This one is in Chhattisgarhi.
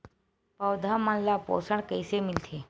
पौधा मन ला पोषण कइसे मिलथे?